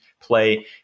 play